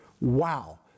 wow